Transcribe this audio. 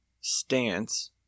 stance